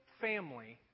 family